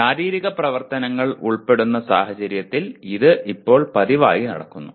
ശാരീരിക പ്രവർത്തനങ്ങൾ ഉൾപ്പെടുന്ന സാഹചര്യത്തിൽ ഇത് ഇപ്പോൾ പതിവായി നടക്കുന്നു